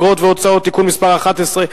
אגרות והוצאות (תיקון מס' 11),